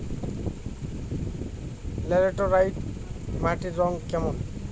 Laterite মাটির রং কেমন?